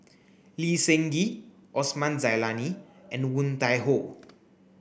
Lee Seng Gee Osman Zailani and Woon Tai Ho